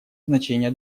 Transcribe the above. значение